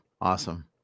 Awesome